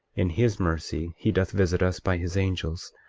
in his mercy he doth visit us by his angels,